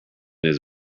his